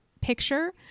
picture